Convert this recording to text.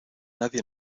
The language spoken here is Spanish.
nadie